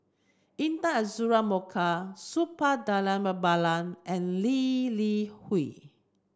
Intan Azura Mokhtar Suppiah Dhanabalan and Lee Li Hui